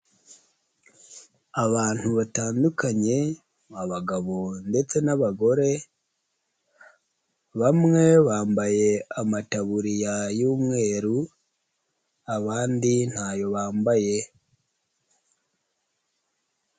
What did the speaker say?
Abantu batandukanye; abagabo ndetse n'abagore, bamwe bambaye amataburiya y'umweru, abandi ntayo bambaye.